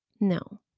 No